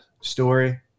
story